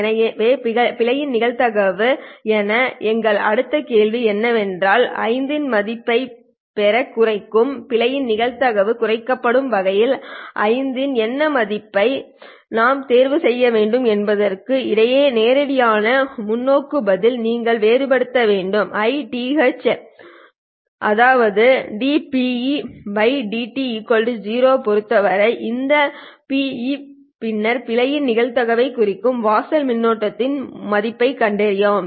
எனவே பிழையின் நிகழ்தகவு என எங்கள் அடுத்த கேள்வி என்னவென்றால் ஐத்தின் மதிப்பு பெவை குறைக்கும் பிழையின் நிகழ்தகவு குறைக்கப்படும் வகையில் ஐத்தின் எந்த மதிப்பை நாம் தேர்வு செய்ய வேண்டும் என்பதற்கு இதற்கு நேரடியான முன்னோக்கு பதில் நீங்கள் வேறுபடுத்த வேண்டும் Ith அதாவது dPe dt 0 ஐப் பொறுத்தவரை இந்த Pe பின்னர் பிழையின் நிகழ்தகவைக் குறைக்கும் வாசல் மின்னோட்டத்தின் மதிப்பைக் கண்டறியவும்